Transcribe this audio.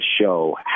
show